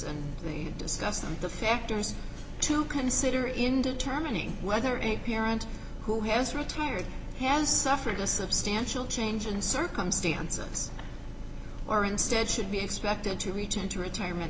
be discussing the factors to consider in determining whether any parent who has retired has suffered a substantial change in circumstances or instead should be expected to reach into retirement